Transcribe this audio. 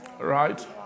Right